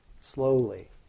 slowly